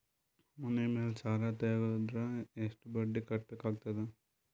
ಮನಿ ಮೇಲ್ ಸಾಲ ತೆಗೆದರ ಎಷ್ಟ ಬಡ್ಡಿ ಕಟ್ಟಬೇಕಾಗತದ?